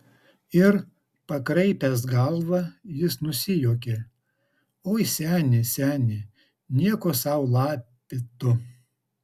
ir pakraipęs galvą jis nusijuokė oi seni seni nieko sau lapė tu